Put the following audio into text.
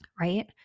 right